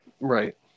Right